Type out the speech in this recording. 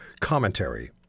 commentary